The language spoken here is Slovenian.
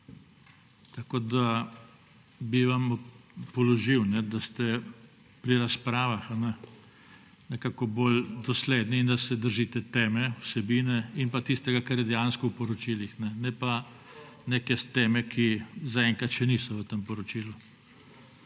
Tako da bi vam priporočal, da ste pri razpravah nekako bolj dosledni in da se držite teme, vsebine in tistega, kar je dejansko v poročilih. Ne pa nekih tem, ki zaenkrat še niso v tem poročilu.